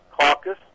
Caucus